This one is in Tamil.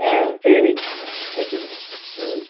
ஆ சரிங்க வைச்சிடுங்க ம்